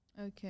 Okay